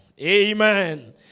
Amen